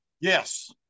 Yes